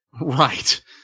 Right